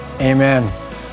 amen